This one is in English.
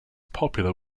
popular